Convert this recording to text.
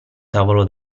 tavolo